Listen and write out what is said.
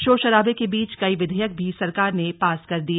शोर शराबे के बीच कई विधेयक भी सरकार ने पास कर दिए